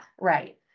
Right